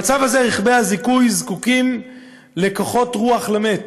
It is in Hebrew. במצב הזה, רכבי הכיבוי הם כמו כוסות רוח למת.